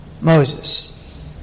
Moses